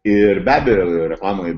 ir be abejo reklamoj